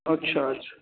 अच्छा अच्छा